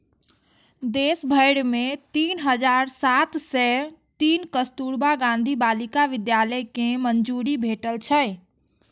देश भरि मे तीन हजार सात सय तीन कस्तुरबा गांधी बालिका विद्यालय कें मंजूरी भेटल छै